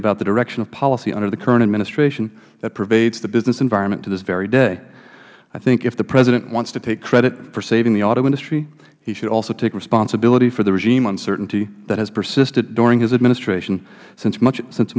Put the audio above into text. about the direction of policy under the current administration that pervades the business environment to this very day i think if the president wants to take credit for saving the auto industry he should also take responsibility for the regime uncertainty that has persisted during his administration since much